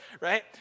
right